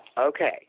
okay